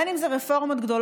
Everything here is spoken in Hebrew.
בין אם זה רפורמות גדולות,